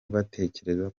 baricyo